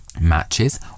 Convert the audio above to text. Matches